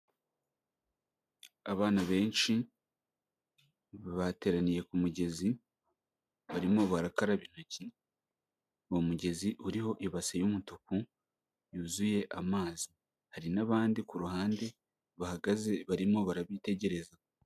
Abana benshi, bateraniye ku mugezi, barimo barakaraba intoki, uwo mugezi uriho ibasi y'umutuku, yuzuye amazi. Hari n'abandi ku ruhande, bahagaze barimo barabitegereza.